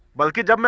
volcano.